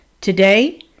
today